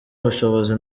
ubushobozi